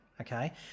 okay